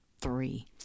three